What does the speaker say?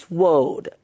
world